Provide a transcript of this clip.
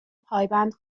پایبند